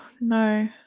no